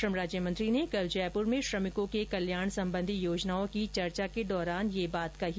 श्रम राज्यमंत्री ने कल जयपुर में श्रमिकों के कल्याण सम्बंधी योजनाओं की चर्चा के दौरान यह बात कही